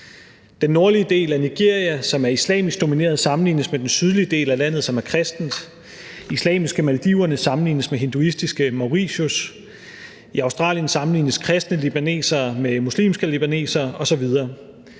Den nordlige del af Nigeria, som er islamisk domineret, sammenlignes med den sydlige del af landet, som er kristent. Islamiske Maldiverne sammenlignes med hinduistiske Mauritius. I Australien sammenlignes kristne libanesere med muslimske libanesere osv.